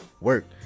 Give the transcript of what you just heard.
work